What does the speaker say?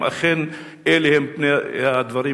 אם אכן אלה הם פני הדברים,